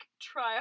try